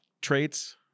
traits